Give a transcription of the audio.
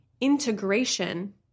integration